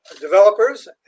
developers